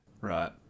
Right